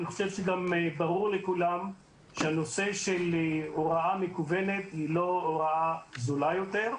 אני חושב שגם ברור לכולם שהוראה מקוונת היא לא הוראה זולה יותר,